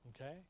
Okay